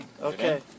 Okay